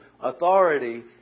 Authority